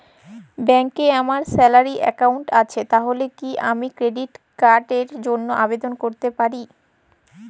ব্যাংকে আমার salary account আছে তাহলে কি আমি ক্রেডিট কার্ড র জন্য আবেদন করতে পারি?